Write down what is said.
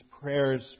prayers